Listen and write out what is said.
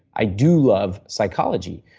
i do love psychology,